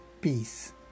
peace